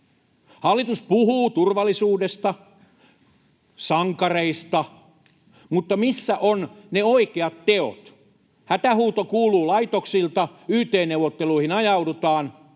Hallitus puhuu turvallisuudesta ja sankareista, mutta missä ovat ne oikeat teot? Hätähuuto kuuluu laitoksilta, yt-neuvotteluihin ajaudutaan,